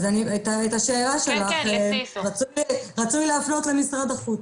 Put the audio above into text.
אז את השאלה שלך רצוי להפנות למשרד החוץ.